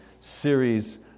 series